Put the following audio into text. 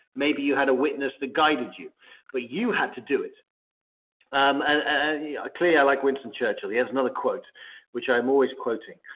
maybe you had a witness that guided you but you had to do it um and yeah clearly, i like winston churchill. he has another quote which i am always quoting.